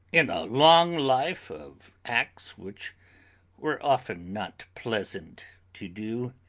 in a long life of acts which were often not pleasant to do,